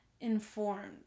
informed